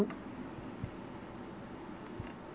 ya lor